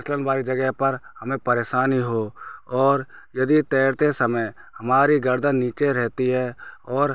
फिसलन वाली जगह पर हमें परेशानी हो और यदि तैरते समय हमारी गर्दन नीचे रहती है